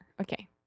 okay